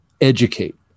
educate